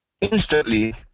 instantly